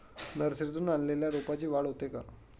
नर्सरीतून आणलेल्या रोपाची वाढ होते का?